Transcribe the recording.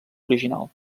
original